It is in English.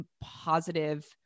positive